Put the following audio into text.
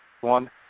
one